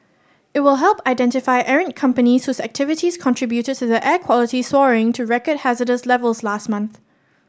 it will help identify errant companies whose activities contributed to the air quality soaring to record hazardous levels last month